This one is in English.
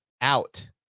out